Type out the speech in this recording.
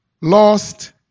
lost